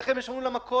איך הם ישלמו למכולת?